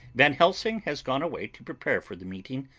van helsing has gone away to prepare for the meeting,